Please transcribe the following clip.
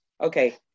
Okay